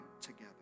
together